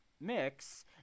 mix